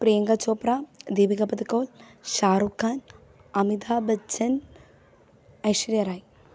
Priyanka Chopra ദീപികപദുക്കോൺ Shahrukh Khan Amitabh Bachchan Aishwarya Rai